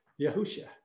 Yahusha